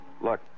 Look